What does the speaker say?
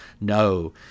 No